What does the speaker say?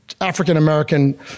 African-American